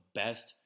best